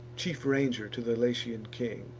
chief ranger to the latian king